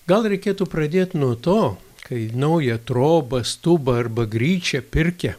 gal reikėtų pradėt nuo to kai naują trobą stubą arba gryčią pirkią